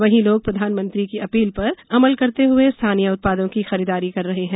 वहीं लोग प्रधानमंत्री की अपील पर अमल करते हुए स्थानीय उत्पादों की खरीददारी कर रहे हैं